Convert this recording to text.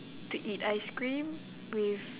to eat ice cream with